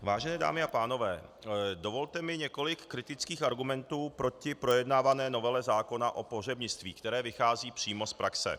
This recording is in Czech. Vážené dámy a pánové, dovolte mi několik kritických argumentů proti projednávané novele zákona o pohřebnictví, které vychází přímo z praxe.